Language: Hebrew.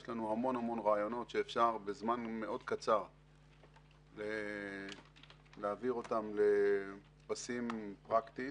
יש לנו המון רעיונות שאפשר בזמן קצר מאוד להעביר אותם לפסים פרקטיים